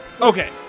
Okay